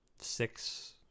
six